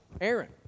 aaron